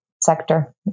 sector